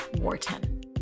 Wharton